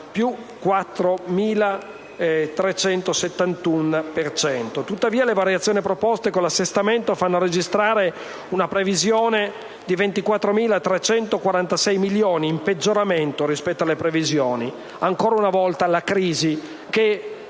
per cento). Tuttavia le variazioni proposte con l'assestamento fanno registrare una previsione di 24.346 milioni, in peggioramento rispetto alle previsioni del bilancio 2013. Ancora una volta la crisi si